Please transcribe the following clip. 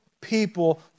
people